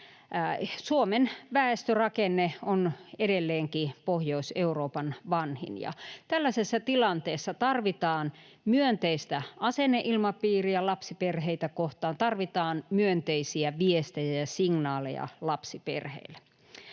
Suomen väestörakenne on edelleenkin Pohjois-Euroopan vanhin, ja tällaisessa tilanteessa tarvitaan myönteistä asenneilmapiiriä lapsiperheitä kohtaan, tarvitaan myönteisiä viestejä ja signaaleja lapsiperheille.